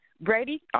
Brady